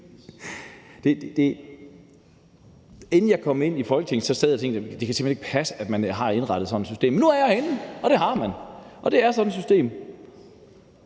Inden jeg kom i Folketinget, sad jeg og tænkte, at det simpelt hen ikke kan passe, at man har indrettet sådan et system, men nu er jeg herinde, og det har man. Det er sådan et system.